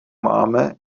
máme